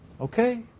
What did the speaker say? Okay